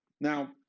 Now